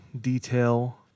detail